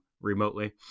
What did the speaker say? remotely